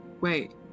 Wait